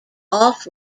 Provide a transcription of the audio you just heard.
off